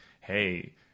hey